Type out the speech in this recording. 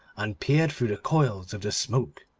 and peered through the coils of the smoke.